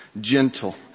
gentle